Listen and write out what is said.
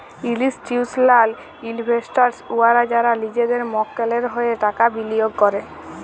institutional investors উয়ারা যারা লিজেদের মক্কেলের হঁয়ে টাকা বিলিয়গ ক্যরে